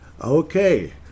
Okay